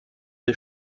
des